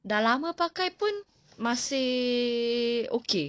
sudah lama pakai pun masih okay